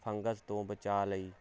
fungus ਦੋ ਬਚਾ ਲਈ